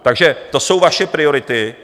Takže to jsou vaše priority.